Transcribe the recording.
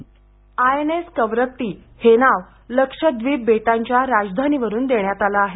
ध्वनी I N S Kavaratti हे नाव लक्षद्वीप बेटांच्या राजधानीवरून देण्यात आलं आहे